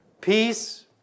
Peace